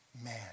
man